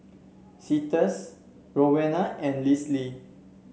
Cletus Rowena and Lise